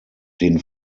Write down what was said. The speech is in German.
den